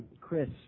Chris